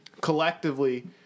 collectively